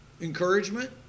encouragement